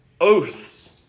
oaths